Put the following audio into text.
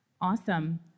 Awesome